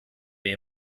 wie